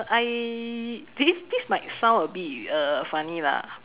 I this this might sound a bit uh funny lah